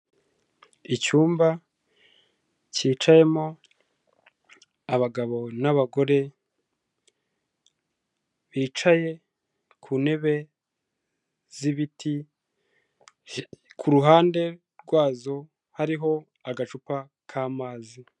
Icyumba cyicayemo abagabo n'abagore bicaye ku ntebe z'ibiti, ku ruhande rwazo hariho agacupa k'amazi.